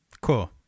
cool